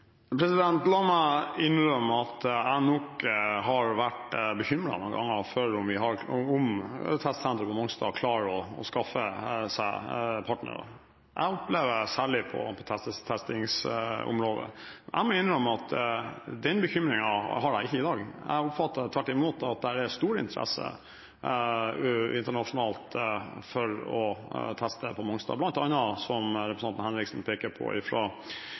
La meg innrømme at jeg nok har vært bekymret mange ganger for om testsenteret på Mongstad klarer å skaffe seg partnere, særlig på testingsområdet. Jeg må innrømme at den bekymringen har jeg ikke i dag. Jeg oppfatter tvert imot at det er stor interesse internasjonalt for å teste på Mongstad, bl.a., som representanten Henriksen peker på,